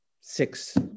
six